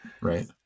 right